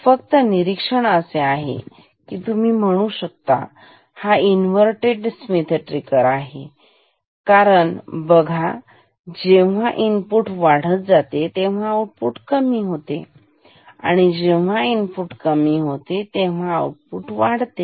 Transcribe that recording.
फक्त निरीक्षण असे आहे की तुम्ही म्हणूं शकता हा इन्व्हरटेड स्मिथ ट्रिगर आहेकारण तुम्ही बघा जेव्हा इनपुट वाढत जाते तेव्हा आउटपुट कमी होते आणि इथे जेव्हा इनपुट कमी होते तेव्हा आउटपुट वाढते